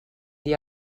dir